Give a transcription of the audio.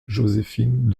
joséphine